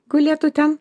gulėtų ten